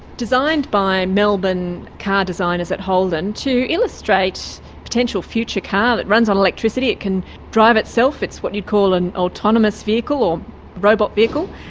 designed by melbourne car designers at holden to illustrate a potential future car that runs on electricity, it can drive itself, it's what you'd call an autonomous vehicle or robot vehicle,